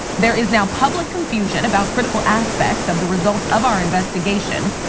there is now public confusion about critical aspects of the results of our investigation.